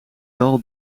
dal